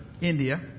India